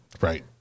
Right